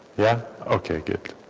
yeah okay good